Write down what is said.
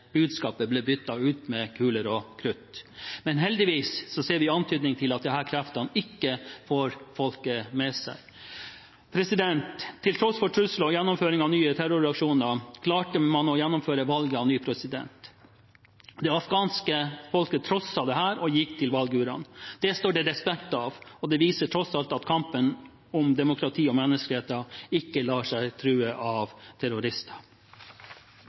budskapet ble byttet ut med kuler og krutt. Men heldigvis ser vi antydning til at disse kreftene ikke får folket med seg. Til tross for trusler og gjennomføring av nye terroraksjoner klarte man å gjennomføre valget av ny president. Det afghanske folket trosset dette og gikk til valgurnene. Det står det respekt av, og det viser tross alt at kampen for demokrati og menneskerettigheter ikke lar seg true av terrorister.